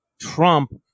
Trump